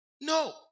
No